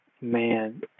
man –